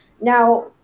Now